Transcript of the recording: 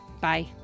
Bye